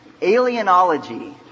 alienology